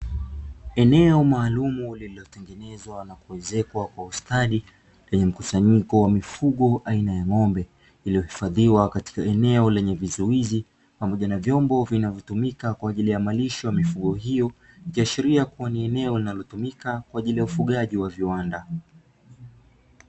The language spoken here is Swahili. Eneo maalumu lililotengenezwa na kuezekwa kwa ustadi lenye mkusanyiko wa mifugo aina ya ng’ombe, iliyohifadhiwa katika eneo lenye vizuizi pamoja na vyombo vinavyotumika kwa ajili malisho ya mifugo hiyo. Ikiashiria kuwa ni eneo linalotumika kwa ajili ya ufugaji wa viwanda.